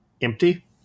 empty